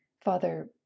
Father